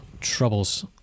troubles